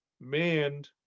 manned